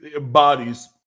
Bodies